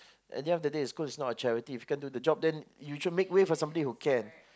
at the end of day the school is not charity if you can't do the job you should make way for someone who can